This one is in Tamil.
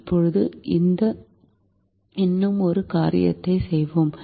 இப்போது இன்னும் ஒரு காரியத்தைச் செய்வோம்